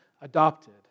adopted